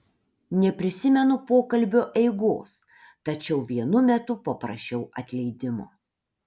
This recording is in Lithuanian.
neprisimenu pokalbio eigos tačiau vienu metu paprašiau atleidimo